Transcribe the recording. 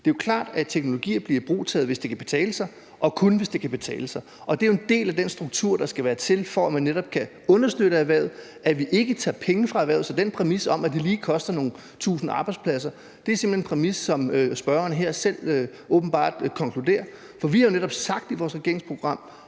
Det er jo klart, at teknologier bliver ibrugtaget, hvis det kan betale sig, og kun, hvis det kan betale sig. Det er jo en del af den struktur, der skal være, for at man netop kan understøtte erhvervet, at vi ikke tager penge fra erhvervet. Så den præmis om, at det lige koster tusind arbejdspladser, er simpelt hen en præmis, som spørgeren her åbenbart selv konkluderer. For vi har netop sagt i vores regeringsprogram,